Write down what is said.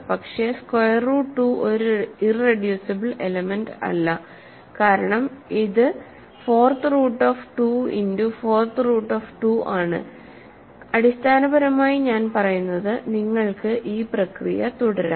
പക്ഷേ square root 2 ഒരു irreducible elements അല്ല കാരണം ഇത് fourth root of 2 into fourth root of 2 ആണ് അടിസ്ഥാനപരമായി ഞാൻ പറയുന്നത് നിങ്ങൾക്ക് ഈ പ്രക്രിയ തുടരാം